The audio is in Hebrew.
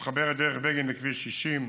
המחבר את דרך בגין לכביש 60,